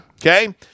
okay